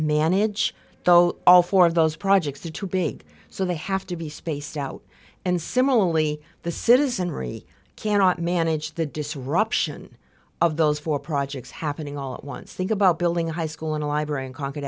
manage though all four of those projects are too big so they have to be spaced out and similarly the citizenry cannot manage the disruption of those four projects happening all at once think about building a high school and a library in con